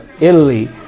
Italy